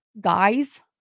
guys